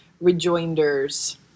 rejoinders